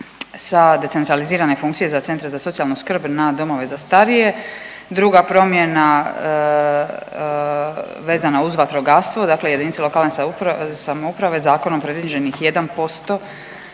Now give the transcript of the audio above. sa decentralizirane funkcije sa Centra za socijalnu skrb na domove za starije. Druga promjena vezana uz vatrogastvo, dakle jedinice lokalne samouprave zakonom predviđenih 1%